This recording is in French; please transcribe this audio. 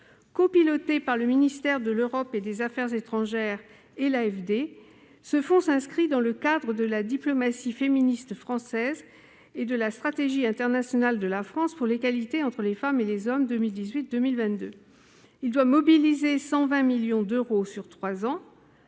Copiloté par le ministère de l'Europe et des affaires étrangères et l'AFD, ce fonds s'inscrit dans le cadre de la diplomatie féministe française et de la stratégie internationale de la France pour l'égalité entre les femmes et les hommes 2018-2022. Il doit mobiliser 120 millions d'euros sur trois ans-